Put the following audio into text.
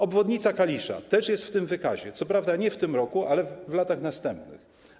Obwodnica Kalisza też jest w tym wykazie, co prawda nie w tym roku, ale w latach następnych.